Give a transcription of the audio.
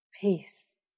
peace